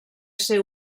ser